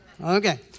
Okay